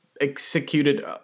executed